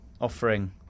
offering